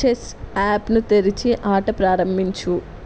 chess యాప్ని తెరిచి ఆట ప్రారంభించు